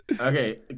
Okay